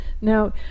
Now